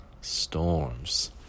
Storms